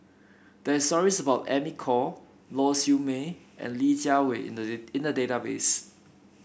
there is stories about Amy Khor Lau Siew Mei and Li Jiawei in the in the database